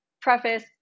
preface